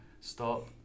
Stop